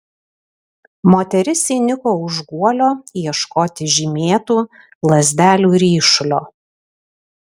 moteris įniko už guolio ieškoti žymėtų lazdelių ryšulio